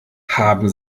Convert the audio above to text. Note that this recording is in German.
haben